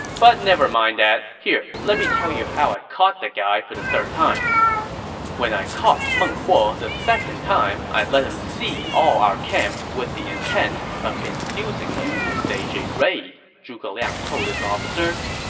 but nevermind that, here, let me tell you how i caught that guy for the third time when i caught meng huo the second time, i let him see all our camps with the intent of inducing him to stage a raid, zhuge liang told his officers.